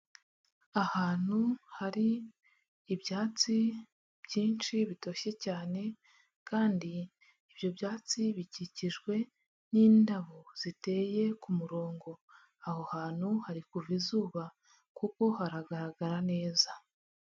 Ahantu hari ibyatsi byinshi bitoshye cyane kandi ibyo byatsi bikikijwe n'indabo ziteye ku murongo, aho hantu hari kuva izuba kuko haragaragara neza.